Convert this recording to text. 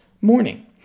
morning